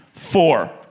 four